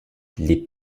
les